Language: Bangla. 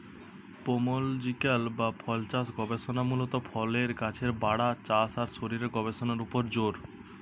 পোমোলজিক্যাল বা ফলচাষ গবেষণা মূলত ফলের গাছের বাড়া, চাষ আর শরীরের গবেষণার উপর জোর দেয়